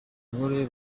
bagore